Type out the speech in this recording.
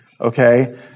okay